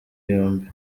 yombi